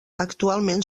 actualment